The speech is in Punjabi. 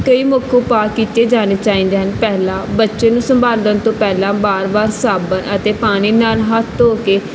ਕਈ ਮੁੱਖ ਉਪਾਅ ਕੀਤੇ ਜਾਣੇ ਚਾਹੀਦੇ ਹਨ ਪਹਿਲਾ ਬੱਚੇ ਨੂੰ ਸੰਭਾਲਣ ਤੋਂ ਪਹਿਲਾਂ ਵਾਰ ਵਾਰ ਸਾਬਣ ਅਤੇ ਪਾਣੀ ਨਾਲ ਹੱਥ ਧੋ ਕੇ